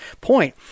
point